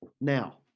Now